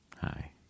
Hi